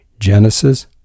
Genesis